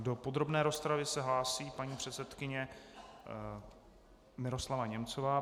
Do podrobné rozpravy se hlásí paní předsedkyně Miroslava Němcová.